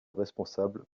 responsable